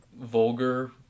vulgar